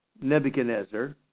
Nebuchadnezzar